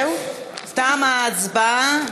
חברים, תמה ההצבעה.